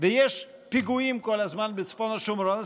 ויש כל הזמן פיגועים בצפון השומרון,